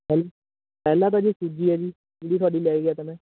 ਪਹਿ ਪਹਿਲਾਂ ਤਾਂ ਜੀ ਸੂਜੀ ਹੈ ਜੀ ਜਿਹੜੀ ਤੁੁਹਾਡੀ ਲੈ ਗਿਆ ਤਾ ਮੈਂ